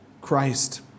Christ